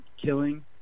killing